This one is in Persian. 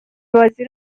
بازی